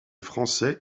français